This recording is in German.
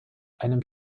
einem